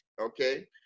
okay